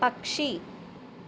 പക്ഷി